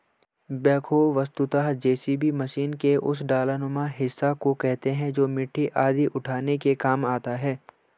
backhoe वस्तुतः JCB machine के उस डालानुमा हिस्सा को कहते हैं जो मिट्टी आदि उठाने के काम आता है